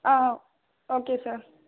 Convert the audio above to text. ஆ ஆ okay sir